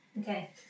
Okay